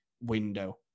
window